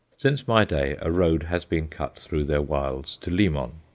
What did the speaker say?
since my day a road has been cut through their wilds to limon,